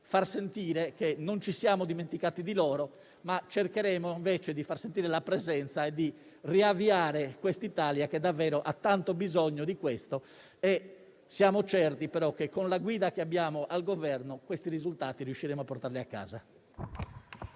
far sentire che non ci siamo dimenticati di loro. Cercheremo invece di far sentire la nostra presenza e di riavviare l'Italia, che di questo ha davvero tanto bisogno. Siamo certi però che con la guida che abbiamo al Governo questi risultati riusciremo a portarli a casa.